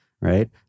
Right